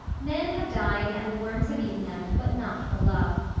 men have died and the worms have eaten them but not for love.